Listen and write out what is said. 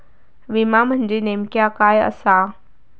विमा म्हणजे नेमक्या काय आसा?